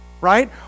Right